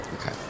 Okay